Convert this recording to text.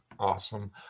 Awesome